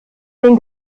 den